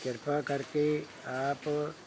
ਕਿਰਪਾ ਕਰਕੇ ਆਪ